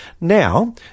Now